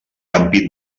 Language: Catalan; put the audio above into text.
ampit